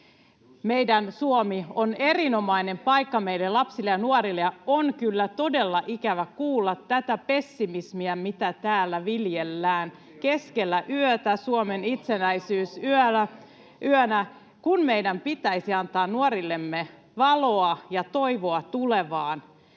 Meidän Suomi on erinomainen paikka meidän lapsille ja nuorille, ja on kyllä todella ikävä kuulla tätä pessimismiä, mitä täällä viljellään keskellä yötä Suomen itsenäisyysyönä, [Petri Huru: Opposition populismia!] kun meidän pitäisi antaa nuorillemme valoa ja toivoa tulevaan.